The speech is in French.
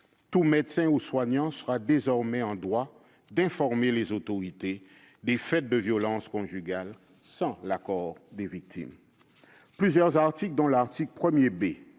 Tout médecin ou soignant sera désormais en droit d'informer les autorités des faits de violences conjugales sans l'accord des victimes. Plusieurs articles, dont l'article 1 B,